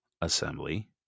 assembly